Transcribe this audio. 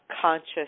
conscious